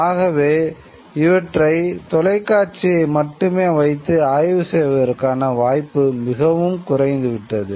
ஆகவே இவற்றை தொலைக்காட்சியை மட்டுமே வைத்து ஆய்வு செய்வதற்கான வாய்ப்பு மிகவும் குறைந்து விட்டது